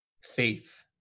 faith